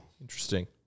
Interesting